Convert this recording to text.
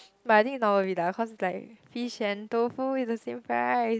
but I think not worth it lah cause like fish and tofu is the same price